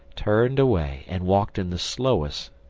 turned away, and walked in the slowest,